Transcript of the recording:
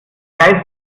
geister